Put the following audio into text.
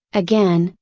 again,